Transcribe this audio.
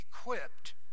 equipped